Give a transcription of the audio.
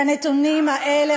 הנתונים האלה,